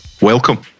welcome